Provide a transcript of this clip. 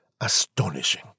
astonishing